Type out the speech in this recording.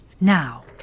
Now